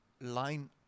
line